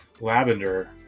lavender